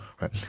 right